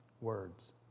Words